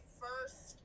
first